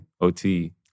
OT